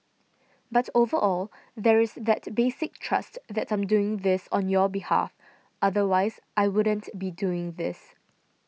but overall there is that basic trust that I'm doing this on your behalf otherwise I wouldn't be doing this